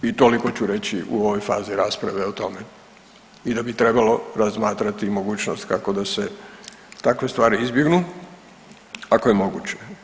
I toliko ću reći u ovoj fazi rasprave o tome i da bi trebalo razmatrati mogućnost kako da se takve stvari izbjegnu ako je moguće.